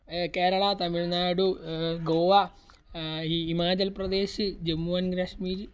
കേരള തമിഴ്നാട് ഗോവ ഇ ഹിമാചൽ പ്രദേശ് ജമ്മു ആൻഡ് കാശ്മീർ